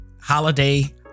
holiday